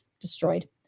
destroyed